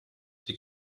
die